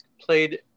played